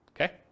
okay